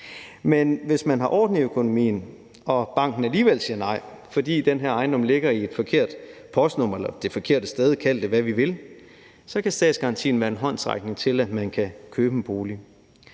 Men hvis man har orden i økonomien og banken alligevel siger nej, fordi den her ejendom ligger i et forkert postnummer eller ligger det forkerte sted – kald det, hvad du vil – så kan statsgarantien være en håndsrækning til at købe en bolig.